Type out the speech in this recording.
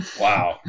Wow